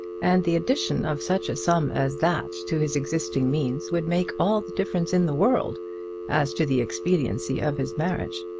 and the addition of such a sum as that to his existing means would make all the difference in the world as to the expediency of his marriage.